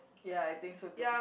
ya I think so too